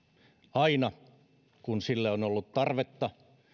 aina kun sille on ollut tarvetta